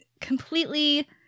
completely